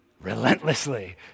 relentlessly